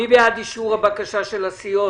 מי בעד אישור בקשת הסיעות?